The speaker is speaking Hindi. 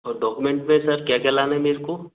और डॉक्यूमेंट में सर क्या क्या लाना है मेरे को